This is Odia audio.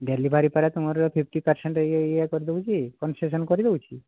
ଦେଲି ବାରି ପରା ତୁମର ଫିଫ୍ଟି ପରସେଣ୍ଟ ଇଏ ଇଏ କରିଦେଉଛି କନ୍ସେସନ୍ କରିଦେଉଛି